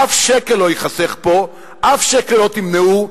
אף שקל לא ייחסך פה, אף שקל לא תמנעו,